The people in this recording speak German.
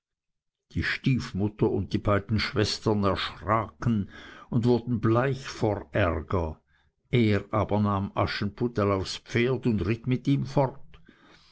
die stiefmutter und die beiden schwestern erschraken und wurden bleich vor ärger er aber nahm aschenputtel aufs pferd und ritt mit ihm fort